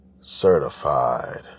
certified